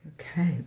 Okay